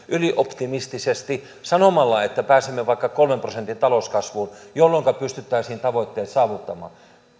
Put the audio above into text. ylioptimistisesti sanomalla että pääsemme vaikka kolmen prosentin talouskasvuun jolloinka pystyttäisiin tavoitteet saavuttamaan